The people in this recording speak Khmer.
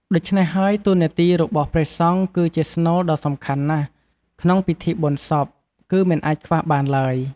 ដូច្នេះហើយ តួនាទីរបស់ព្រះសង្ឃគឺជាស្នូលដ៏សំខាន់ណាស់ ក្នុងពិធីបូណ្យសព គឹមិនអាចខ្វះបានឡើយ។